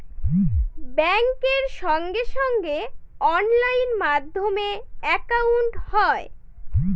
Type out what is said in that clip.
ব্যাঙ্কের সঙ্গে সঙ্গে অনলাইন মাধ্যমে একাউন্ট হয়